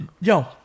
Yo